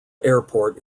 airport